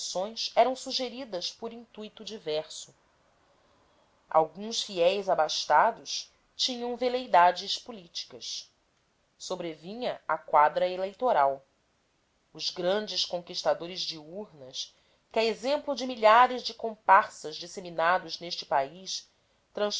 expedições eram sugeridas por intuito diverso alguns fiéis abastados tinham veleidades políticas sobrevinha a quadra eleitoral os grandes conquistadores de urnas que a exemplo de milhares de comparsas disseminados neste país